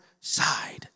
side